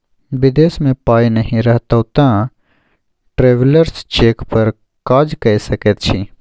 विदेश मे पाय नहि रहितौ तँ ट्रैवेलर्स चेक पर काज कए सकैत छी